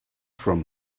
from